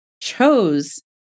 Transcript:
chose